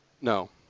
No